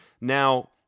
Now